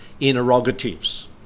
interrogatives